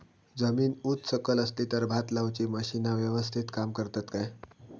जमीन उच सकल असली तर भात लाऊची मशीना यवस्तीत काम करतत काय?